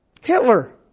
Hitler